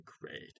great